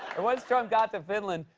and once trump got to finland,